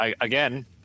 again